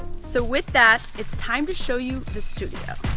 so with that, it's time to show you the studio.